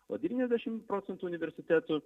o devyniasdešim procentų universitetų